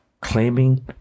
claiming